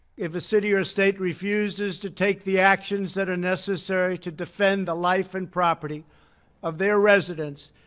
if a city or state refuses to take the actions that are necessary to defend the life and property of their residents,